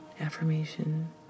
affirmation